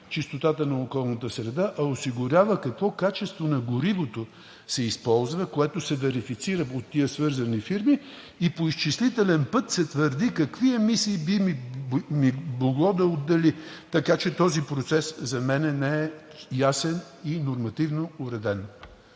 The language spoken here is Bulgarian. чистотата на околната среда, а осигурява какво качество на горивото се използва, което се верифицира от тези свързани фирми и по изчислителен път се твърди какви емисии би могло да отдели. Така че този процес за мен не е ясен и нормативно уреден.